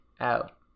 out